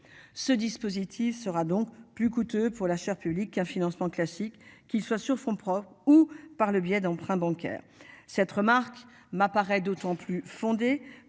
ce dispositif sera donc plus coûteux pour la public un financement classique qu'soit sur fonds propres ou par le biais d'emprunt bancaire s'être Marc m'apparaît d'autant plus fondée